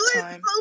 time